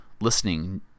listening